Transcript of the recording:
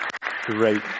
Great